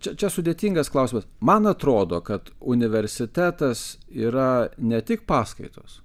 čia čia sudėtingas klausimas man atrodo kad universitetas yra ne tik paskaitos